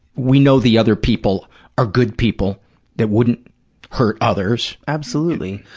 we know the other people are good people that wouldn't hurt others. absolutely.